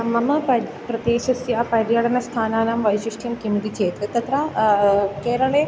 मम पद् प्रदेशस्य पर्यटनस्थानानां वैशिष्ट्यं किमिति चेत् तत्र केरळे